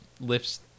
lifts